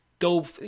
go